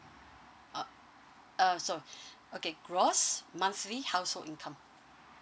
uh uh so okay gross monthly household income